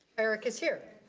erika's here.